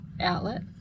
outlet